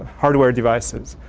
hardware devices.